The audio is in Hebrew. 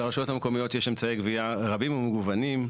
לרשויות המקומיות יש אמצעי גבייה רבים ומגוונים.